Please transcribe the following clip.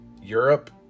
Europe